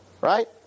Right